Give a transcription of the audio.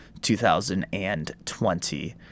2020